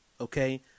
okay